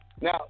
Now